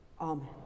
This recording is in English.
Amen